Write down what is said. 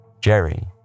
Jerry